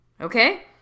Okay